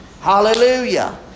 Hallelujah